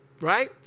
right